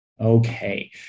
Okay